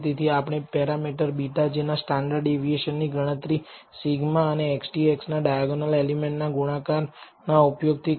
તેથી આપણે parameter β̂j ના સ્ટાન્ડર્ડ ડેવિએશન ની ગણતરી σ અને XTX ના ડાયાગોનલ એલિમેન્ટ ના ગુણાકારના ઉપયોગથી કરી